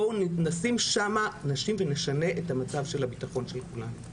בואו נשים שם נשים ונשנה את המצב של הביטחון של כולנו.